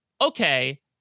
okay